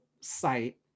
site